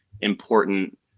important